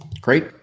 Great